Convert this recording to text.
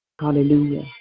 Hallelujah